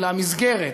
אל המסגרת,